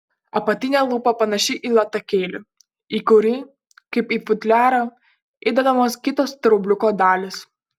apatinė lūpa panaši į latakėlį į kurį kaip į futliarą įdedamos kitos straubliuko dalys